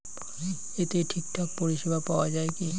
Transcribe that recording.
এতে ঠিকঠাক পরিষেবা পাওয়া য়ায় কি?